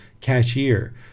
cashier